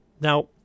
Now